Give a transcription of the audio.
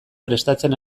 prestatzen